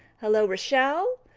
hello, rochelle.